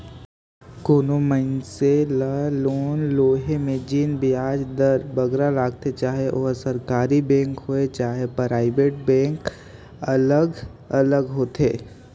कोनो मइनसे ल लोन लोहे में जेन बियाज दर बगरा लगथे चहे ओहर सरकारी बेंक होए चहे पराइबेट बेंक अलग अलग होथे